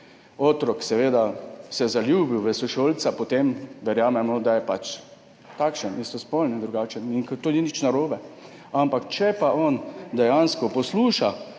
otrok zaljubil v sošolca, potem verjamemo, da je pač takšen, istospolen, drugačen, in to ni nič narobe, ampak če pa on dejansko posluša,